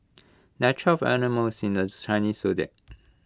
there are twelve animals in the Chinese Zodiac